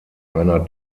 einer